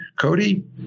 Cody